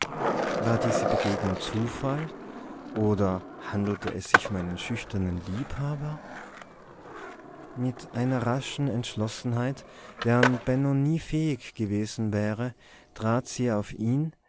war diese begegnung zufall oder handelte es sich um einen schüchternen liebhaber mit einer raschen entschlossenheit deren benno nie fähig gewesen wäre trat sie auf ihn